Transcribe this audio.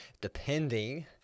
depending